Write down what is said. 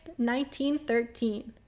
1913